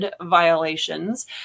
violations